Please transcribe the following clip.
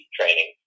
training